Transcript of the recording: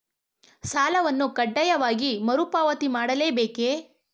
ಸಾಲವನ್ನು ಕಡ್ಡಾಯವಾಗಿ ಮರುಪಾವತಿ ಮಾಡಲೇ ಬೇಕೇ?